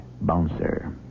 Bouncer